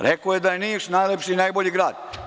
Rekao je da je Niš najlepši i najbolji grad.